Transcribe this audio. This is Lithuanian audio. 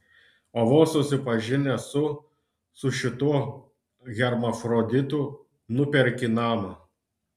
o vos susipažinęs su su šituo hermafroditu nuperki namą